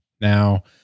Now